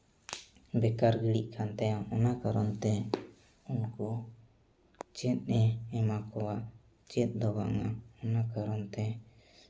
ᱵᱮᱠᱟᱨ ᱜᱤᱲᱤᱜ ᱠᱟᱱ ᱛᱟᱭᱟ ᱚᱱᱟ ᱠᱟᱨᱚᱱᱛᱮ ᱩᱱᱠᱩ ᱪᱮᱫ ᱮ ᱮᱢᱟ ᱠᱚᱣᱟ ᱪᱮᱫ ᱫᱚ ᱵᱟᱝᱼᱟ ᱚᱱᱟ ᱠᱟᱨᱚᱱ ᱛᱮ